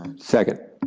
second.